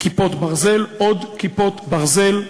"כיפות ברזל": עוד "כיפות ברזל",